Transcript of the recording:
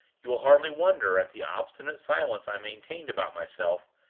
you will hardly wonder at the obstinate silence i maintained about myself,